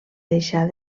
deixar